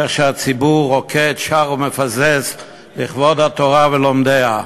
איך שהציבור רוקד, שר ומפזז לכבוד התורה ולומדיה.